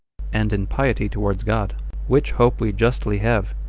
and in piety towards god which hope we justly have,